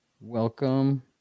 Welcome